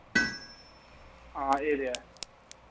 हां एह् ते है